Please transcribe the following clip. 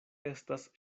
estas